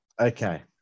Okay